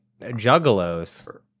Juggalos